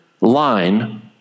line